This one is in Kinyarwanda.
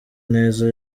neza